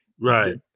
Right